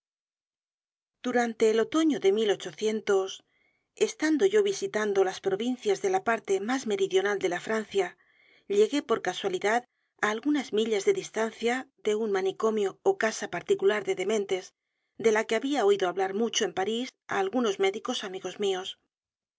durante el otoño de estando yo visitando las provincias de la parte más meridional de la francia llegué por casualidad á algunas millas de distancia de un manicomio ó casa particular de dementes de la que había oído hablar mucho en parís á algunos médicos amigos míos